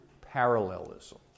parallelism